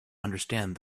understand